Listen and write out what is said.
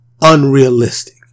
unrealistic